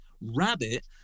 rabbit